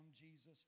Jesus